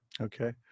okay